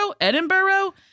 Edinburgh